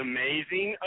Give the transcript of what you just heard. amazing